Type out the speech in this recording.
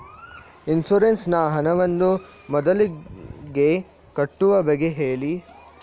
insurance ನ ಹಣವನ್ನು ಮೊದಲಿಗೆ ಕಟ್ಟುವ ಬಗ್ಗೆ ಹೇಳಿ